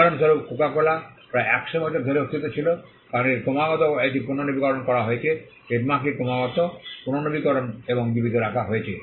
উদাহরণস্বরূপ Coca Cola প্রায় 100 বছর ধরে অস্তিত্ব ছিল কারণ এটি ক্রমাগত এটি পুনর্নবীকরণ করা হয়েছে ট্রেডমার্কটি ক্রমাগত পুনর্নবীকরণ এবং জীবিত রাখা হয়েছে